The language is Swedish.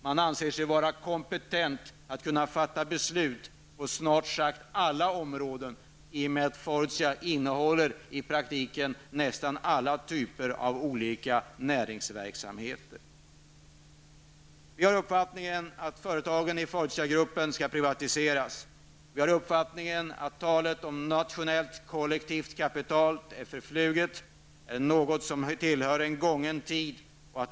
Man anser sig vara kompetent att fatta beslut på snart sagt alla områden, i och med att Fortia i praktiken innehåller nästan alla typer av näringsverksamheter. Vi har uppfattningen att företagen i Fortiagruppen skall privatiseras. Vi har uppfattningen att talet om nationellt kollektivt kapital är förfluget. Det är något som tillhör en gången tid.